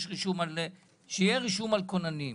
שיהיה רישום על כוננים.